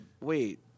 wait